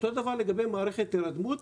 אותו הדבר לגבי מערכת הירדמות,